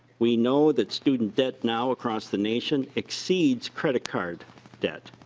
we know that student debt now across the nation exceeds credit card debt.